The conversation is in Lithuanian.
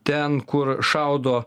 ten kur šaudo